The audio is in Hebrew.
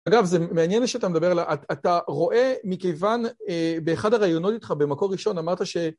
אגב, זה מעניין לי שאתה מדבר עליו, אתה רואה מכיוון באחד הרעיונות איתך, במקור ראשון אמרת ש...